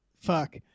fuck